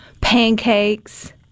pancakes